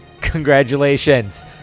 Congratulations